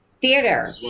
theater